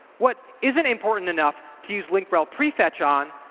what isn't important enough to use link rel prefetch on,